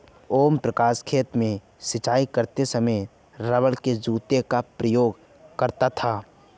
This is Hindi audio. ओम प्रकाश खेत में सिंचाई करते समय रबड़ के जूते का उपयोग करता है